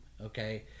Okay